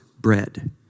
bread